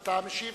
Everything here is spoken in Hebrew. אתה המשיב?